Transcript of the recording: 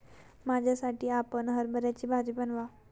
माझ्यासाठी आपण हरभऱ्याची भाजी बनवा